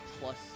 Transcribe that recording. plus